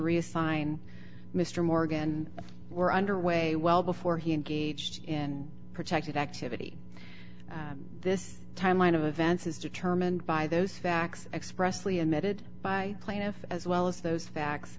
reassign mr morgan were underway well before he engaged in protective activity this timeline of events is determined by those facts expressly admitted by plaintiff as well as those facts